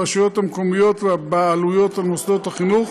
הרשויות המקומיות והבעלויות על מוסדות החינוך